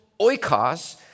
oikos